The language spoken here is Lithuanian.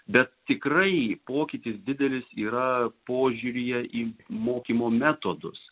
bet tikrai pokytis didelis yra požiūryje į mokymo metodus